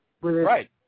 Right